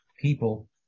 people